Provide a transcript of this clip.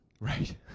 Right